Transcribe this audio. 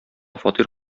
фатир